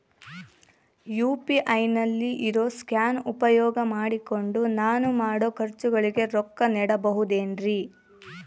UPI ನಲ್ಲಿ ಇರೋ scan ಉಪಯೋಗ ಮಾಡಿಕೊಂಡು ನಾನು ಮಾಡೋ ಖರ್ಚುಗಳಿಗೆ ರೊಕ್ಕ ನೇಡಬಹುದೇನ್ರಿ?